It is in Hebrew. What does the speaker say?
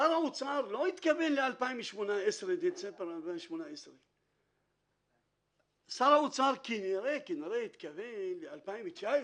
שר האוצר לא התכוון לדצמבר 2018. שר האוצר כנראה התכוון ל-2019.